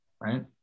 right